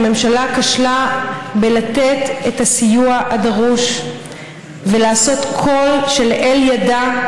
הממשלה כשלה בלתת את הסיוע הדרוש ולעשות כל אשר לאל ידה,